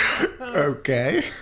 Okay